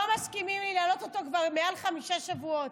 לא מסכימים לי להעלות אותו כבר מעל חמישה שבועות.